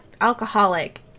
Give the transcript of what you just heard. alcoholic